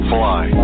Fly